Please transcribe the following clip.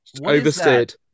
Oversteered